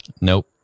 Nope